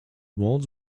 walls